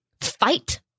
fight